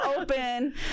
open